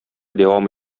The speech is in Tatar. дәвам